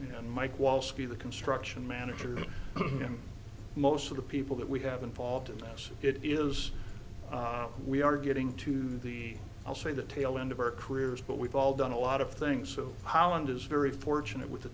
and mike wallace we the construction manager and most of the people that we have involved in this it is we are getting to the i'll say the tail end of our careers but we've all done a lot of things so holland is very fortunate with the